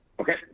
Okay